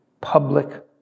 public